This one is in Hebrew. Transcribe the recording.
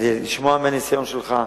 לשמוע מהניסיון שלך.